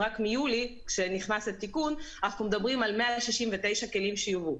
כשנכנס התיקון, 169 כלי רכב יובאו.